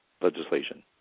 legislation